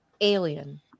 Alien